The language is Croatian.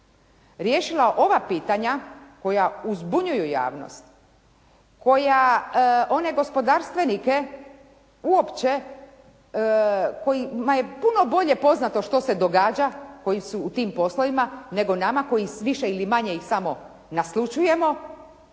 riješila ova pitanja koja uzbunjuju javnost, koja one gospodarstvenike uopće kojima je puno bolje poznato što se događa koji su u tim poslovima, nego nama koji s više ili manje i samo naslućujemo,